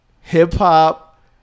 hip-hop